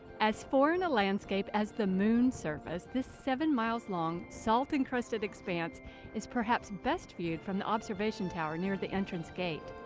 as foreign a landscape as the moon surface, this seven miles long. salt-encrusted expanse is perhaps best viewed from the observation tower near the entrance gate.